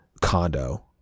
condo